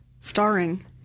Starring